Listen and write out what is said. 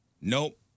Nope